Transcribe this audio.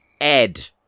Ed